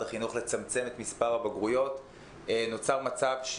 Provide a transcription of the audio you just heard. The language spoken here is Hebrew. החינוך לצמצם את מס' הבגרויות נוצר מצב,